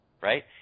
right